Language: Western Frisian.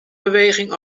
beweging